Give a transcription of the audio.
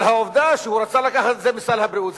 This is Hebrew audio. אבל העובדה שהוא רצה לקחת את זה מסל הבריאות,